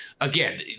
again